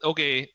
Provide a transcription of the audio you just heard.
Okay